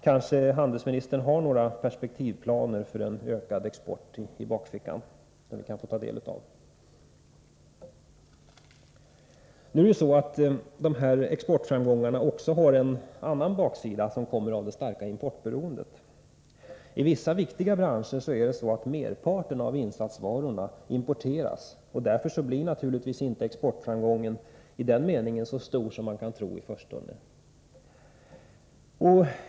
Kanske handelsministern har någon perspektivplan för ökad export i bakfickan? Exportframgångarna har också en annan baksida som kommer av det starka importberoendet. I vissa viktiga branscher importeras merparten av insatsvarorna. Därför blir exportframgången inte så stor som man i förstone kan tro.